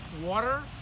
water